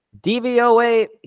DVOA